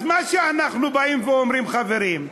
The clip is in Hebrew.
אז מה שאנחנו באים ואומרים, חברים,